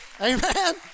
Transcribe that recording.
Amen